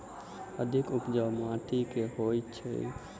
अधिक उपजाउ माटि केँ होइ छै?